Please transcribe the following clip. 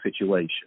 situation